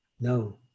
no